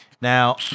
Now